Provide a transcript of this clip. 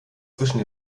zwischen